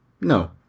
No